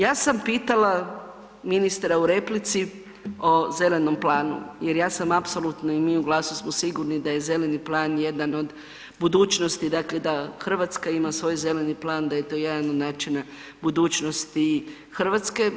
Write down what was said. Ja sam pitala ministra u replici o Zelenom planu jer ja sam apsolutno, i mi u GLAS-u smo sigurni da je Zeleni plan jedan od budućnosti, dakle da Hrvatska ima svoj Zeleni plan, da je to jedan od način budućnosti Hrvatske.